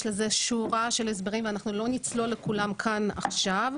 יש לזה שורה של הסברים ואנחנו לא נצלול לכולם כאן עכשיו,